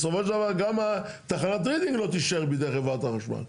בסופו של דבר גם תחנת רידינג לא תישאר בידי חברת החשמל,